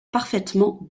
parfaitement